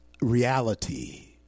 reality